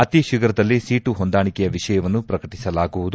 ಅತಿ ಶೀಘ್ರದಲ್ಲೇ ಸೀಟು ಹೊಂದಾಣಿಕೆಯ ವಿಷಯವನ್ನು ಪ್ರಕಟಿಸಲಾಗುವುದು